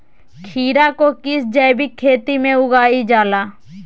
खीरा को किस जैविक खेती में उगाई जाला?